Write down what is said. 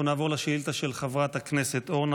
אנחנו נעבור לשאילתה של חברת הכנסת אורנה